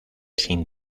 sin